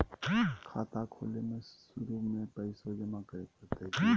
खाता खोले में शुरू में पैसो जमा करे पड़तई की?